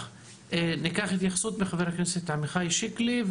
ניקח התייחסות מחבר הכנסת עמיחי שיקלי,